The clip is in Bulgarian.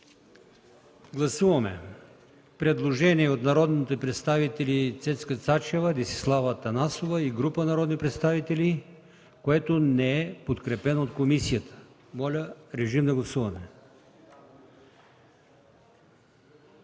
гласуваме предложение от народните представители Цецка Цачева, Десислава Атанасова и група народни представители, което не е подкрепено от комисията. Гласували